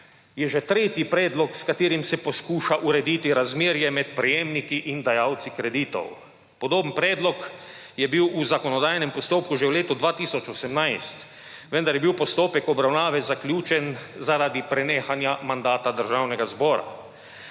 je že tretji predlog, s katerim se poskuša urediti razmerje med prejemniki in dajalci kreditov. Podoben predlog je bil v zakonodajnem postopku že v letu 2018, vendar je bil postopek obravnave zaključen zaradi prenehanja mandata Državnega zbora,